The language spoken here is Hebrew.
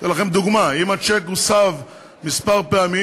אתן לכם דוגמה: אם הצ'ק הוסב כמה פעמים,